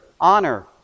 honor